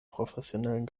professionellen